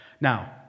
Now